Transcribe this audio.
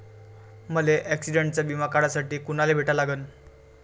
मले ॲक्सिडंटचा बिमा काढासाठी कुनाले भेटा लागन?